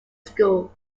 school